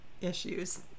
issues